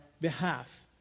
behalf